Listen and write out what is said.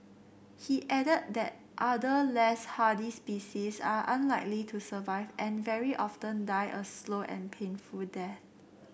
he added that other less hardy species are unlikely to survive and very often die a slow and painful death